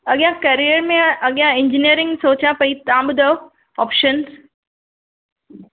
अॻियां करियर में अॻियां इंजीनियरिंग सोचां पई तहां ॿुधायो ऑप्शन्स